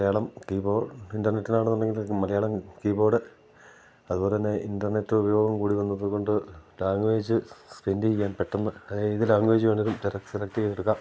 Malayalam keyboard ഇൻ്റർനെറ്റിന് ആണെന്നുണ്ടെങ്കിൽ Malayalam keyboard അതുപോലെതന്നെ ഇൻ്റർനെറ്റ് ഉപയോഗം കൂടിവന്നതുകൊണ്ട് ലാങ്വേജ് സ്പെൻ്റ് ചെയ്യാൻ പെട്ടെന്ന് അതായത് ലാങ്വേജ്കളിലും ഡിറക്റ്റ് സെലക്റ്റ് ചെയ്തെടുക്കാം